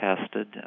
tested